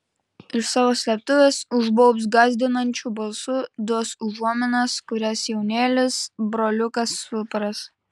iš savo slėptuvės užbaubs gąsdinančiu balsu duos užuominas kurias jaunėlis broliukas supras